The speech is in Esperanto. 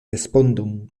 respondon